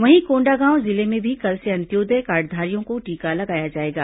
वहीं कोंडागांव जिले में भी कल से अंत्योदय कार्डधारियों को टीका लगाया जाएगा